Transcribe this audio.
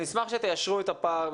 אני אשמח שתיישרו את הפער,